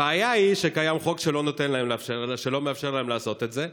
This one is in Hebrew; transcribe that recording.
הבעיה היא שקיים חוק שלא מאפשר להן לעשות את זה.